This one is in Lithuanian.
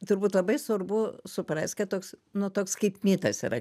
turbūt labai svarbu suprast kad toks nu toks kaip mitas yra